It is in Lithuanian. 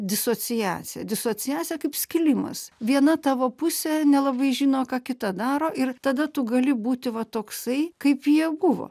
disociacija disociacija kaip skilimas viena tavo pusė nelabai žino ką kita daro ir tada tu gali būti va toksai kaip jie buvo